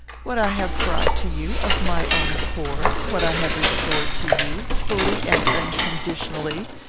what i have brought to you, of my own accord what i have restored to you, fully and unconditionally,